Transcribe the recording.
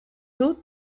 sud